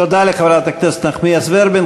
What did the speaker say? תודה לחברת הכנסת נחמיאס ורבין.